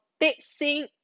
fixing